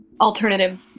alternative